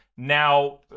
now